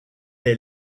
est